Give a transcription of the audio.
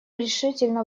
решительно